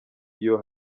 iyo